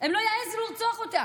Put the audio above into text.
הם לא יעזו לרצוח אותה.